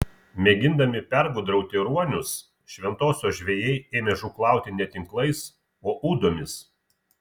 mėgindami pergudrauti ruonius šventosios žvejai ėmė žūklauti ne tinklais o ūdomis